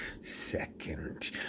Second